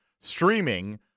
streaming